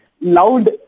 loud